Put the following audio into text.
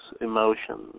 emotions